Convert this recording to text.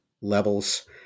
levels